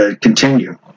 continue